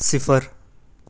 صفر